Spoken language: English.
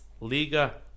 Liga